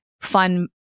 fun